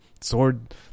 sword